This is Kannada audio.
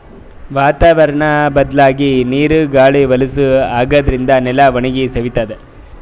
ವಾತಾವರ್ಣ್ ಬದ್ಲಾಗಿ ನೀರ್ ಗಾಳಿ ಹೊಲಸ್ ಆಗಾದ್ರಿನ್ದ ನೆಲ ಒಣಗಿ ಸವಿತದ್